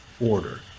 order